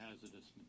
hazardous